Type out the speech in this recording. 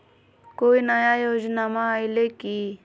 कोइ नया योजनामा आइले की?